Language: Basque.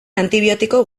antibiotiko